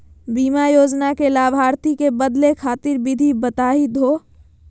बीमा योजना के लाभार्थी क बदले खातिर विधि बताही हो?